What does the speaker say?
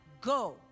go